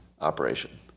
operation